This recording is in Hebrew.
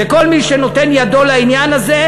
וכל מי שנותן ידו לעניין הזה,